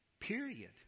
period